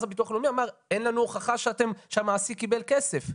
הביטוח הלאומי אמר אין לנו הוכחה שהמעסיק קיבל כסף.